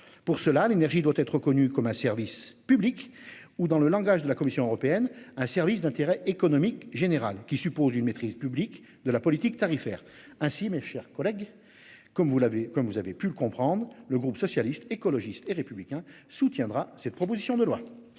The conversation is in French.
pour cela l'énergie doit être reconnu comme un service public ou dans le langage de la Commission européenne, un service d'intérêt économique général qui suppose une maîtrise publique de la politique tarifaire ainsi mes chers collègues. Comme vous l'avez comme vous avez pu le comprendre. Le groupe socialiste, écologiste et républicain soutiendra cette proposition de loi.